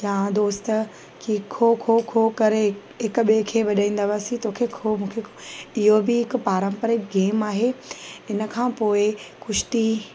या दोस्त कंहिं खो खो खो करे हिक ॿिए खे वॾाईंदा हुआसीं तोखे खो मूंखे खो इहो बि हिकु पारंपरिक गेम आहे इन खां पोइ कुश्ती